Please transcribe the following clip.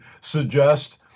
suggest